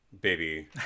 baby